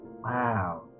Wow